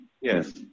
yes